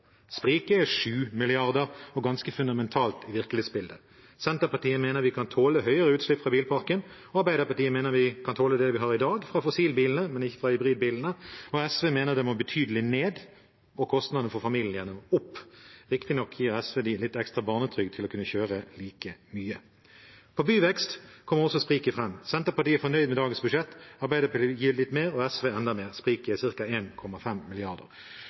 Spriket er på 7 mrd. kr – og et ganske fundamentalt virkelighetsbilde. Senterpartiet mener vi kan tåle høyere utslipp fra bilparken, Arbeiderpartiet mener vi kan tåle det vi har i dag fra fossilbilene, men ikke fra hybridbilene, og SV mener det må betydelig ned, og kostnadene for familiene opp. Riktignok gir SV dem litt ekstra barnetrygd til å kunne kjøre like mye. Innen byvekst kommer også spriket fram. Senterpartiet er fornøyd med dagens budsjett. Arbeiderpartiet gir litt mer og SV enda mer.